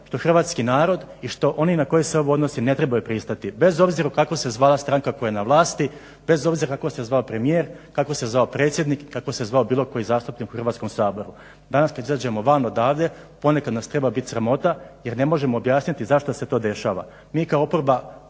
što Hrvatski narod i što oni na koje se ovo odnosi ne trebaju pristati bez obzira kako se zvala stranka koja je na vlasti, bez obzira kako se zvao premijer, kako se zvao predsjednik i kako se zvao bilo koji zastupnik u Hrvatskom saboru. Danas kad izađemo van odavde ponekad nas treba bit sramota jer ne možemo objasniti zašto se to dešava.